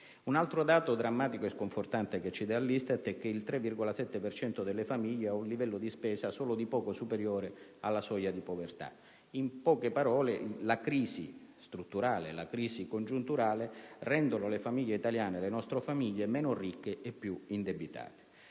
Un altro dato drammatico e sconfortante, diramato dall'ISTAT, è che il 3,7 per cento delle famiglie ha un livello di spesa solo di poco superiore alla soglia di povertà. In poche parole, la crisi strutturale e quella congiunturale rendono le famiglie italiane meno ricche e più indebitate.